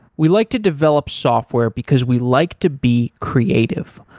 we like to develop software, because we like to be creative.